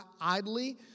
idly